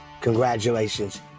Congratulations